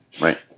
right